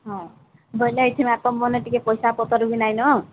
ହଁ ବୋଇଲେ ଏଇଖିନା ଆପଣମାନେ ଟିକେ ପଇସା ପତ୍ର ବି ନାହିଁ ନ